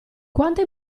quanta